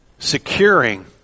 Securing